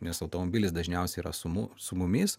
nes automobilis dažniausiai yra su mu su mumis